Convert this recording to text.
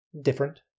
different